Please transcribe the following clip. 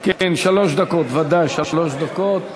ודאי, שלוש דקות.